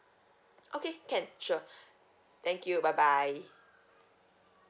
okay can sure thank you bye bye